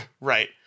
Right